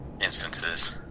instances